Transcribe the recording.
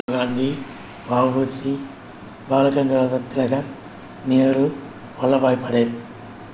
காந்தி வஉசி பாலகங்காதர திலகர் நேரு வல்லபாய் படேல்